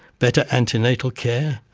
better antenatal care,